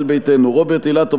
ישראל ביתנו: רוברט אילטוב,